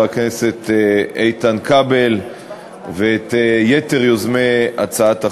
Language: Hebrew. הכנסת איתן כבל ואת יתר יוזמי הצעת החוק,